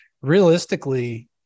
Realistically